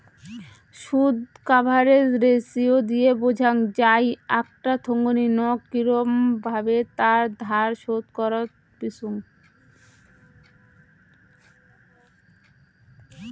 শুধ coverage ratio দিয়ে বোঝাং যাই আকটা থোঙনি নক কিরম ভাবে তার ধার শোধ করত পিচ্চুঙ